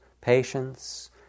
patience